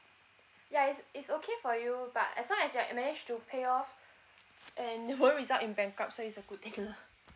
ya it's it's okay for you but as long as you are manage to pay off and you won't result in bankcrupt so it's a good thing lah